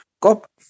COP